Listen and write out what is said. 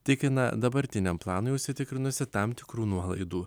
tikina dabartiniam planui užsitikrinusi tam tikrų nuolaidų